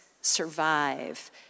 survive